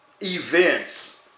events